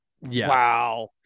wow